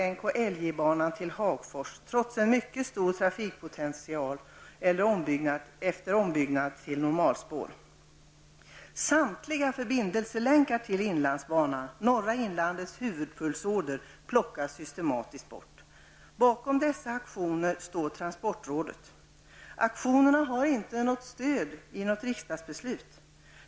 Hudiksvall--Ljusdal: Helt nedlagd. Samtliga förbindelselänkar till inlandsbanan, norra inlandets huvudpulsåder, plockas systematiskt bort. Bakom dessa aktioner står transportrådet. Aktionerna har inte stöd i något riksdagsbeslut.